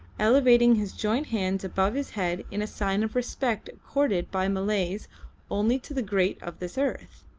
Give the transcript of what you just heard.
elevating his joint hands above his head in a sign of respect accorded by malays only to the great of this earth.